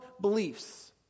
beliefs